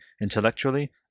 intellectually